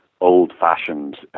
old-fashioned